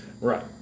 Right